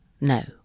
No